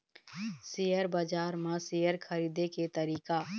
Share बजार म share खरीदे के तरीका?